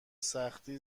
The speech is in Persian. سختی